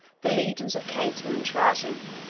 the legions of cato and trajan,